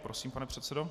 Prosím, pane předsedo.